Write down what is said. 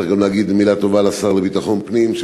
צריך גם להגיד מילה טובה לשר לביטחון פנים,